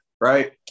Right